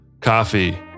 Coffee